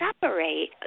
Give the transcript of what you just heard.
separate